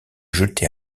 jeté